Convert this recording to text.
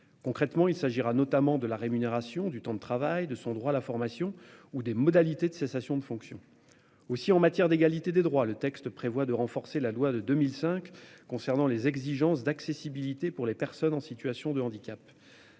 Concrètement, il s'agira notamment de la rémunération du temps de travail de son droit à la formation ou des modalités de cessation de fonction aussi en matière d'égalité des droits. Le texte prévoit de renforcer la loi de 2005 concernant les exigences d'accessibilité pour les personnes en situation de handicap.